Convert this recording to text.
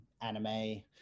anime